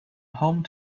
home